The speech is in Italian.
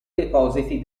depositi